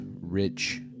rich